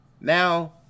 Now